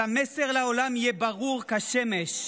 אז המסר לעולם יהיה ברור כשמש: